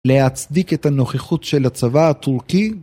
להצדיק את הנוכחות של הצבא הטורקי